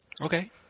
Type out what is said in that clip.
Okay